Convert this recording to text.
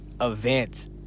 event